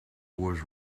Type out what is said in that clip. was